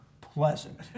pleasant